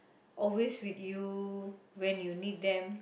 always with you when you need them